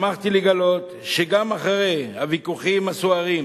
שמחתי לגלות שגם אחרי הוויכוחים הסוערים